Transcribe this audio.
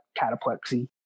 cataplexy